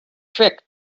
trick